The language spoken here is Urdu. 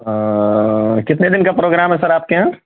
کتنے دِن کا پروگرام ہے سر آپ کے یہاں